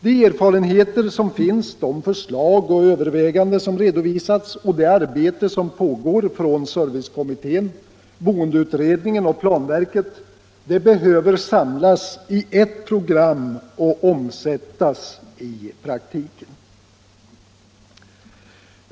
De erfarenheter som finns, de förslag och överväganden som redovisats och det arbete som pågår i servicekommittén, boendeutredningen och planverket behöver samlas i ert program och omsättas i praktiken.